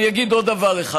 אני אגיד עוד דבר אחד.